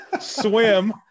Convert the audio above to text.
swim